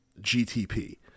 GTP